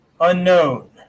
unknown